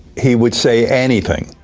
he would say anything.